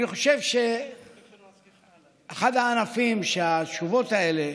אני חושב שאחד הענפים שהתשובות האלה